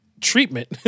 treatment